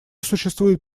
существует